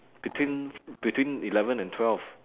between between eleven and twelve